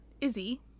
Izzy